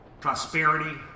prosperity